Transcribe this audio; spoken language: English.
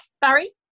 Barry